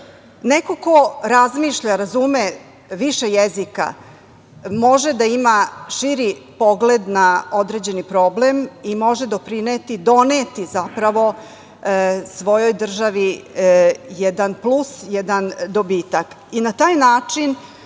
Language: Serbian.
ko razmišlja, razume više jezika može da ima širi pogled na određeni problem i može doneti zapravo svojoj državi jedan plus, jedan dobitak. Na taj način